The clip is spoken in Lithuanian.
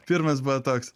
pirmas buvo toks